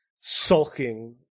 sulking